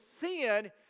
sin